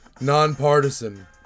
nonpartisan